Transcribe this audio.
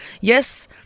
yes